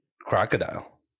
Crocodile